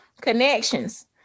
connections